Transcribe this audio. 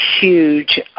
huge